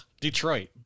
Detroit